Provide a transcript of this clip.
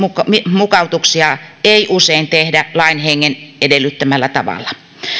mukautuksia ei usein tehdä lain hengen edellyttämällä tavalla